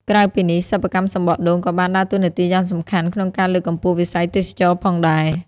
ក្រៅពីនេះ សិប្បកម្មសំបកដូងក៏បានដើរតួនាទីយ៉ាងសំខាន់ក្នុងការលើកកម្ពស់វិស័យទេសចរណ៍ផងដែរ។